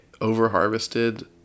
over-harvested